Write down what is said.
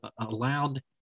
allowed